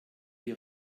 die